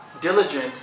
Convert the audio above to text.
Diligent